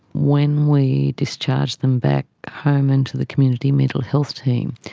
when we discharge them back home into the community mental health team,